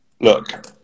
look